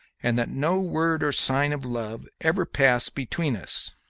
and that no word or sign of love ever pass between us.